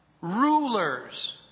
Rulers